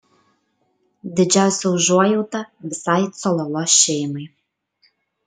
didžiausia užuojauta visai cololo šeimai